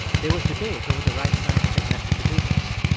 there was debate over the right scientific method to do this.